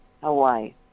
Hawaii